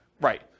Right